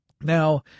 Now